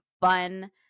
fun